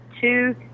two